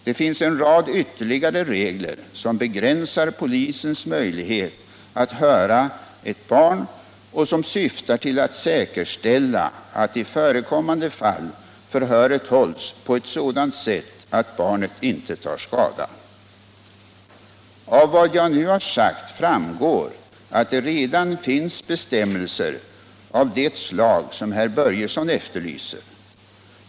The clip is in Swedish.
Det finns en rad ytterligare regler som begränsar polisens möjlighet att höra ett barn och som syftar till att säkerställa att i förekommande fall förhöret hålls på ett sådant sätt att barnet inte tar skada. Av vad jag nu har sagt framgår att det redan finns bestämmelser av det slag som herr Börjesson efterlyser.